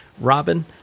Robin